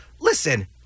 listen